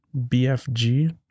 BFG